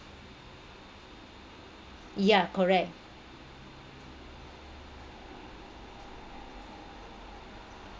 yeah correct